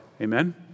Amen